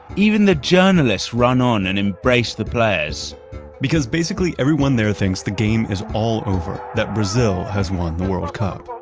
even the journalists run on and embrace the players because basically everyone there thinks the game is all over, that brazil has won the world cup.